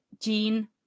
Gene